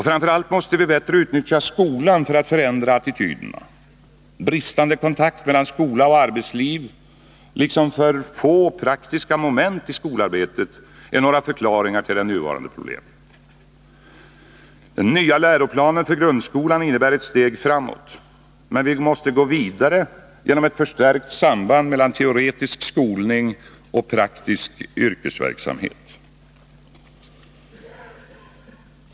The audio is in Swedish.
Framför allt måste vi bättre utnyttja skolan för att fö indra attityderna. Bristande kontakt mellan skola och arbetsliv liksom för få praktiska moment i skolarbetet är några förklaringar till de nuvarande problemen. Den nya läroplanen för grundskolan innebär ett steg framåt. Men vi måste gå vidare genom ett förstärkt samband mellan teoretisk skolning och praktisk yrkesverksamhet.